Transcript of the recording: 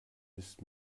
ist